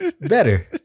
better